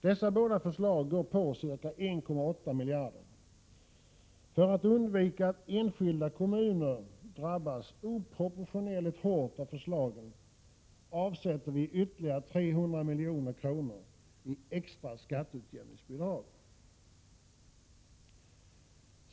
Dessa båda förslag går på ca 1,8 miljarder. För att undvika att enskilda kommuner drabbas oproportionerligt hårt av förslagen avsätter vi ytterligare 300 milj.kr. i extra skatteutjämningsbidrag.